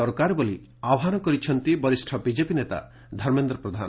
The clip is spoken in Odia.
ଦରକାର ବୋଲି ଆହ୍ୱାନ କରିଛନ୍ତି ବରିଷ୍ ବିଜେପି ନେତା ଧର୍ମେନ୍ଦ ପ୍ରଧାନ